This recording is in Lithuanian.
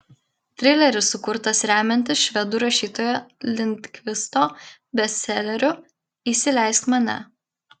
trileris sukurtas remiantis švedų rašytojo lindgvisto bestseleriu įsileisk mane